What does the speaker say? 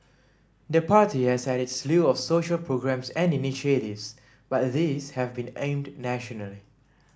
the party has had its slew of social programmes and initiatives but these have been aimed nationally